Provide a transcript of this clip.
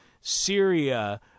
syria